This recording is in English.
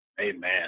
Amen